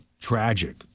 tragic